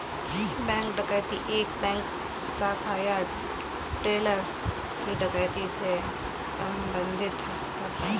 bank डकैती एक bank शाखा या टेलर की डकैती को संदर्भित करता है